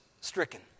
stricken